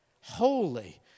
Holy